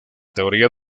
teoría